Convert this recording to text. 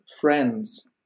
friends